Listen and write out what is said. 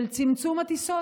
של צמצום הטיסות.